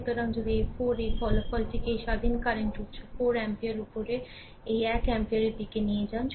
সুতরাং যদি এই 4 এর ফলাফলটিকে এই স্বাধীন কারেন্ট উত্স 4 অ্যাম্পিয়ার উপরে এই এক অ্যাম্পিয়ারের দিকে নিয়ে যান